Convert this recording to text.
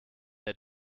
der